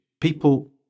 people